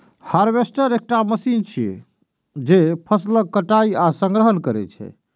harvester एकटा machine छियै, जे फसलक कटाइ आ संग्रहण करै छै